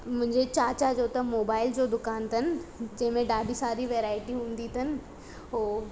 मुंहिंजे चाचा जो त मोबाइल जो दुकानु अथनि जंहिंमें ॾाढी सारी वैराइटी हूंदी अथनि हो